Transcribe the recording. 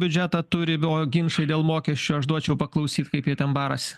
biudžetą turi duo ginčai dėl mokesčio aš duočiau paklausyt kaip jie ten barasi